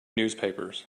newspapers